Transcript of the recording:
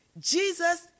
Jesus